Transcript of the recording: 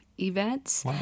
events